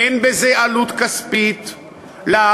אין בזה עלות כספית למדינה,